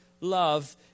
love